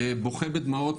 בוכה בדמעות,